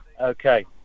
Okay